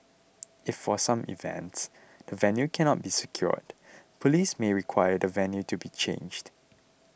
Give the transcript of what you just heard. if for some events the venue cannot be secured police may require the venue to be changed